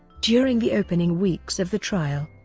during the opening weeks of the trial,